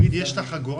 נגיד יש את החגורה,